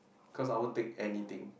cause I won't take anything